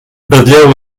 ratlleu